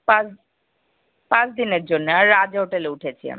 পাঁচ পাঁচ দিনের জন্যে আর রাজ হোটেলে উঠেছি আমি